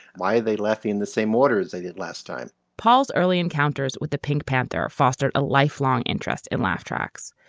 why are they laughing in the same order as they did last time? paul's early encounters with the pink panther or fostered a lifelong interest in laugh tracks.